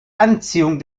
anziehung